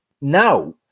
Now